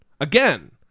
again